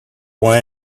one